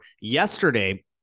yesterday